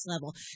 level